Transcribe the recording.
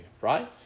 right